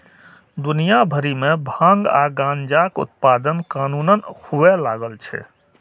दुनिया भरि मे भांग आ गांजाक उत्पादन कानूनन हुअय लागल छै